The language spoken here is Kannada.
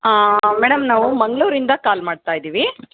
ಮೇಡಮ್ ನಾವು ಮಂಗಳೂರಿಂದ ಕಾಲ್ ಮಾಡ್ತಾಯಿದ್ದೀವಿ